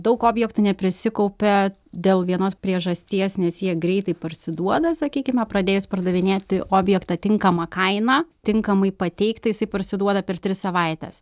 daug objektų neprisikaupia dėl vienos priežasties nes jie greitai parsiduoda sakykime pradėjus pardavinėti objektą tinkama kaina tinkamai pateikti jisai parsiduoda per tris savaites